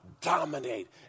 Dominate